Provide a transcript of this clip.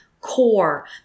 core